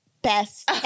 Best